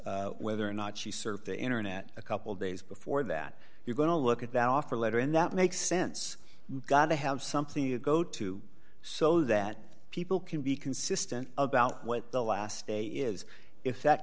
whether or not she served the internet a couple days before that you're going to look at that offer letter and that makes sense you've got to have something to go to so that people can be consistent about what the last day is if